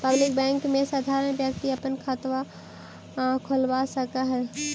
public bank में साधारण व्यक्ति भी अपना खाता खोलवा सकऽ हइ